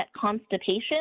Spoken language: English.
constipation